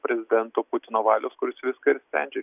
prezidento putino valios kuris viską ir sprendžia